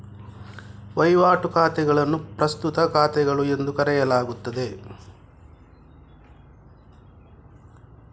ವಹಿವಾಟು ಖಾತೆಗಳನ್ನು ಪ್ರಸ್ತುತ ಖಾತೆಗಳು ಎಂದು ಕರೆಯಲಾಗುತ್ತದೆ